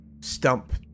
stump